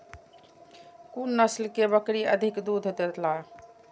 कुन नस्ल के बकरी अधिक दूध देला?